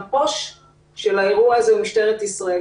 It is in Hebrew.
ה-פּוֹש של האירוע הזה הוא משטרת ישראל.